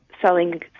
selling